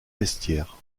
vestiaires